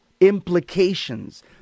implications